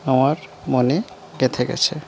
আমার মনে গেঁথে গেছে